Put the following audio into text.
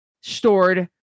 stored